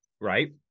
right